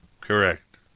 Correct